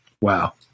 wow